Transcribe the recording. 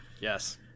Yes